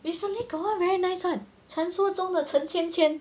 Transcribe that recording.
recently got one very nice [one] 传说中的陈芊芊